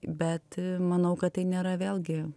bet manau kad tai nėra vėlgi